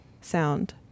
sound